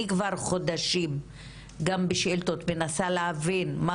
אני כבר חודשים גם בשאילתות מנסה להבין מה